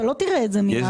אתה לא תראה את זה מיד.